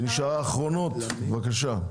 בבקשה.